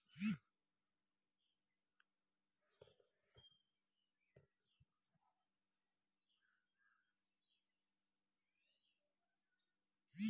धन केर सीमा खाताक प्रकारेक अनुसार तय कएल जाइत छै